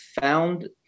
found